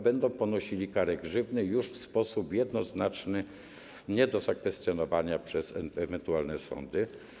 Będą oni ponosili karę grzywny już w sposób jednoznaczny, nie do zakwestionowania przez ewentualne sądy.